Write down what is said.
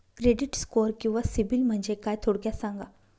Credit score किंवा CIBIL म्हणजे काय? थोडक्यात सांगा